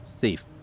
safe